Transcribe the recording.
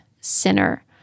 sinner